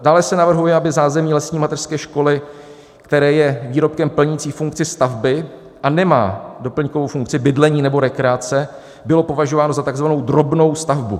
Dále se navrhuje, aby zázemí lesní mateřské školy, které je výrobkem plnícím funkci stavby a nemá doplňkovou funkci bydlení nebo rekreace, bylo považováno za tzv. drobnou stavbu.